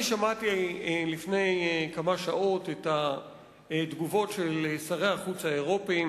אני שמעתי לפני כמה שעות את התגובות של שרי החוץ האירופים,